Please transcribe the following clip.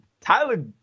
Tyler